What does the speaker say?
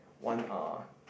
one uh